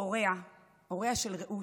הוריה של רעות,